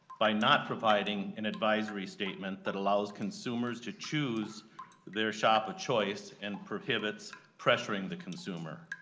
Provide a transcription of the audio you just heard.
by not providing an advisory statement that allows consumers to choose their shop of choice and prohibits pressuring the consumer.